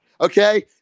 okay